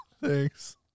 Thanks